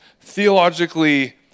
theologically